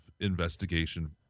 investigation